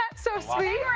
so sweet.